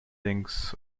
thinks